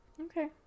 Okay